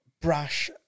brash